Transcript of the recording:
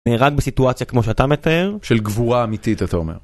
נהרג בסיטואציה, כמו שאתה מתאר, של גבורה אמיתית, אתה אומר.